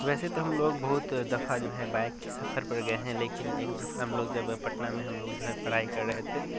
ویسے تو ہم لوگ بہت دفعہ جو ہے بائیک کے سفر پر گئے ہیں لیکن ایک دفعہ ہم لوگ جب پٹنہ میں ہم لوگ جو ہے پڑھائی کڑ رہے تھے